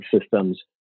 systems